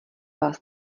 vás